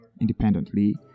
independently